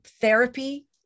Therapy